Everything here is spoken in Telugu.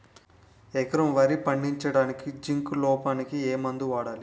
ఎకరం వరి పండించటానికి జింక్ లోపంకి ఏ మందు వాడాలి?